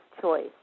choice